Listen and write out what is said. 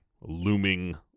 looming